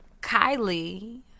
Kylie